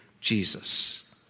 Jesus